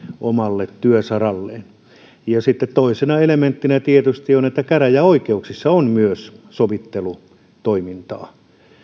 omalle työsaralleen sitten toisena elementtinä tietysti on että käräjäoikeuksissa on myös sovittelutoimintaa